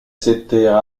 s’étaient